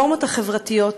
הנורמות החברתיות